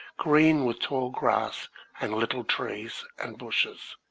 green with tall grass and little trees and bushes,